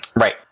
right